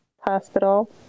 Hospital